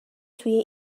توی